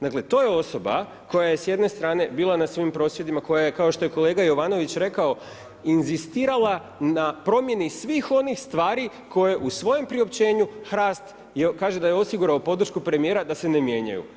Dakle to je osoba koja je s jedne strane bila na svim prosvjedima, koja je kao što je kolega Jovanović rekao inzistirala na promjeni svih onih stvari koje u svojem priopćenju HRAST kaže da je osigurao podršku premijera da se ne mijenjaju.